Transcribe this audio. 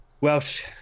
Welsh